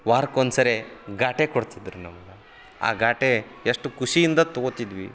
ವಾರಕ್ಕೊಂದ್ಸರಿ ಘಾಟೆ ಕೊಡ್ತಿದ್ರು ನಮ್ಗೆ ಆ ಘಾಟೆ ಎಷ್ಟು ಖುಷಿಯಿಂದ ತೊಗೊತಿದ್ವಿ